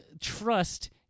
trust